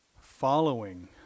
following